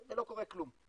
ולא קורה כלום.